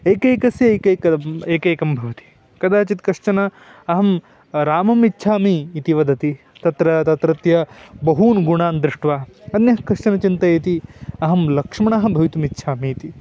एकैकस्य एकैकम् एकैकं भवति कदाचित् कश्चन अहं रामम् इच्छामि इति वदति तत्र तत्रत्य बहून् गुणान् दृष्ट्वा अन्यः कश्चन चिन्तयति अहं लक्ष्मणः भवितुमिच्छामीति